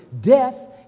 death